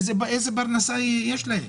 איזה פרנסה יש להם?